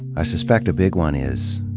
i suspect a big one is,